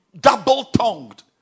double-tongued